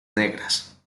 negras